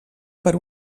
per